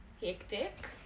hectic